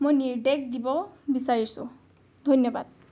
মই নিৰ্দেশ দিব বিচাৰিছোঁ ধন্যবাদ